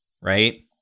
right